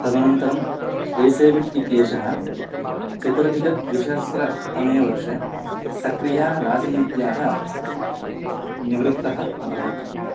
तदनन्तरम् एसे विट् इत्येषः चतुरधिकद्विशहस्रतमे वर्षे सक्रिया राजनीत्याः निवृत्तः अभवत्